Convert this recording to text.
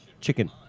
chicken